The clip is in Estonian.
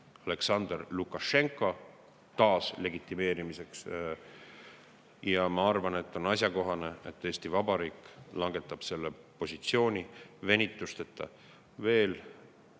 Aljaksandr Lukašenka taas legitimeerimiseks. Ja ma arvan, et on asjakohane, kui Eesti Vabariik määratleb selle positsiooni venitusteta veel